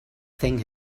thing